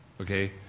Okay